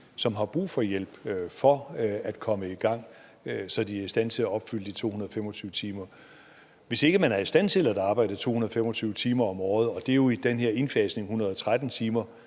der har brug for hjælp for at komme i gang, så de er i stand til at opfylde kravet om de 225 timer. Hvis man ikke er i stand til at arbejde 225 timer om året, og det er jo i den her indfasning 113 timer,